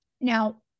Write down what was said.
Now